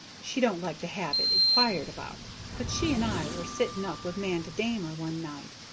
she don't like to have it inquired about but she and i were sitting up with manda damer one night,